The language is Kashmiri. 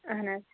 اَہَن حظ